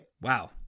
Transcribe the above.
Wow